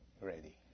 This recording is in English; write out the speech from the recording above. ready